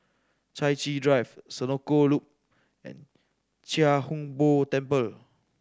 Chai Chee Drive Senoko Loop and Chia Hung Boo Temple